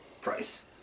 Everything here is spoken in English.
price